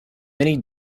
many